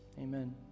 Amen